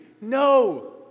No